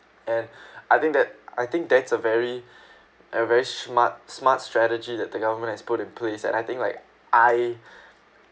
and I think that I think that's a very a very smart smart strategy that the government has put in place and I think like I